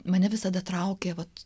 mane visada traukė vat